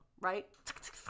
right